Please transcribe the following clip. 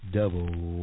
Double